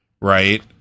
Right